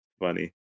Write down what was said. funny